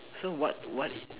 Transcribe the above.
so what what